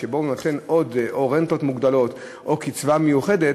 שנותן עוד רנטות מוגבלות או קצבה מיוחדת,